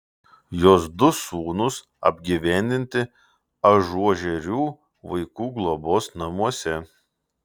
jos du sūnūs apgyvendinti ažuožerių vaikų globos namuose